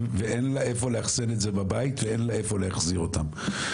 ואין לה איפה לאחסן את זה בבית ואין לה איפה להחזיר אותם.